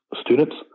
students